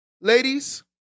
Ladies